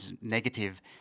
negative